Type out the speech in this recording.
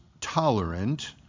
tolerant